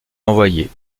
l’envoyer